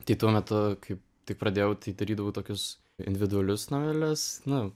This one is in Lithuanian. tai tuo metu kai tik pradėjau tai darydavau tokius individualius namelius na